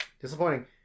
Disappointing